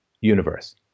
universe